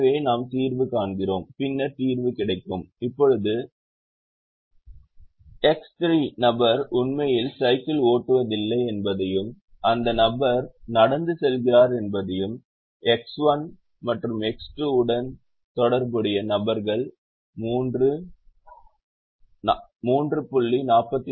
எனவே நாம் தீர்வு காண்கிறோம் பின்னர் தீர்வு கிடைக்கும் இப்போது x 3 நபர் உண்மையில் சைக்கிள் ஓட்டுவதில்லை என்பதையும் அந்த நபர் நடந்து செல்கிறார் என்பதையும் x 1 மற்றும் x 2 உடன் தொடர்புடைய நபர்கள் 3